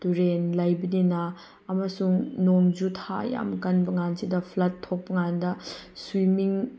ꯇꯨꯔꯦꯟ ꯂꯩꯕꯅꯤꯅ ꯑꯃꯁꯨꯡ ꯅꯣꯡꯖꯨꯊꯥ ꯌꯥꯝ ꯀꯟꯕ ꯀꯥꯟꯁꯤꯗ ꯐ꯭ꯂꯠ ꯊꯣꯛꯄ ꯀꯥꯟꯗ ꯁ꯭ꯋꯤꯃꯤꯡ